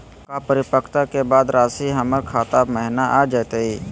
का परिपक्वता के बाद रासी हमर खाता महिना आ जइतई?